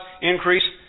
increase